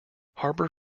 harbour